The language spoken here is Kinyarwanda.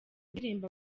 ndirimbo